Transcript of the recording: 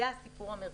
זה הסיפור המרכזי,